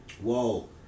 Whoa